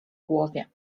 głowie